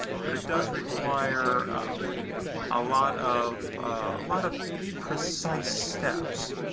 but it does require a lot of lot of precise steps.